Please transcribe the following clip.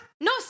No